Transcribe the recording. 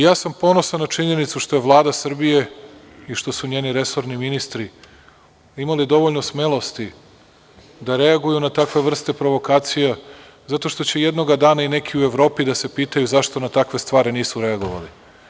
Ja sam ponosan na činjenicu što je Vlada Srbije i što su njeni resorni ministri imali dovoljno smelosti da reaguju na takve vrste provokacija, zato što će jednoga dana i neki u Evropi da se pitaju zašto na takve stvari nisu reagovali.